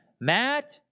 Matt